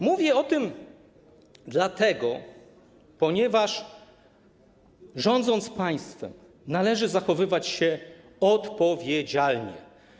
Mówię o tym dlatego, ponieważ rządząc państwem, należy zachowywać się odpowiedzialnie.